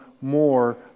more